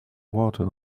water